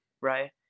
right